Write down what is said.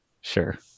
Sure